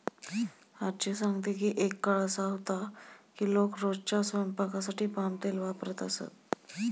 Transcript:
आज्जी सांगते की एक काळ असा होता की लोक रोजच्या स्वयंपाकासाठी पाम तेल वापरत असत